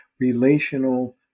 relational